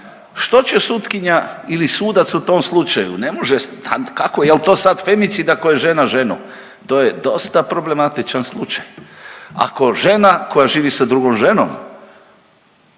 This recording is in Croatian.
Što će sutkinja ili sudac u tom slučaju, ne može, sad kako jel to sad femicid ako je žena ženu, to je dosta problematičan slučaj. Ako žena koja živi sa drugom ženom